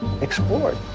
explored